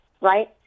right